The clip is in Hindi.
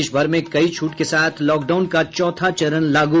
देश भर में कई छूट के साथ लॉकडाउन का चौथा चरण लागू